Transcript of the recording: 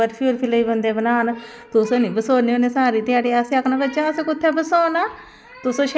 दरखास्त अज्ज देओ पंदरें बाह्रें दिनैं बाद कापी थ्होंदी ऐ केंई केंई दिन पटवारी नी लभदा ऐ भाई